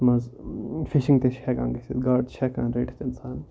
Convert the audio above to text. یَتھ منٛز فِشنگ تہِ چھِ ہٮ۪کان گژھتھ گاڈٕ تہِ چھِ ہٮ۪کان رٔٹِتھ اِنسان